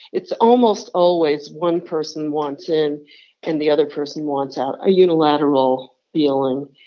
it's almost always one person wants in and the other person wants out a unilateral feeling.